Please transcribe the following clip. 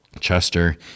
Chester